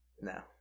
No